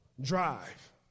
Drive